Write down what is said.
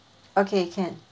okay can